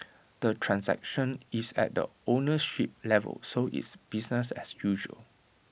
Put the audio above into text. the transaction is at the ownership level so it's business as usual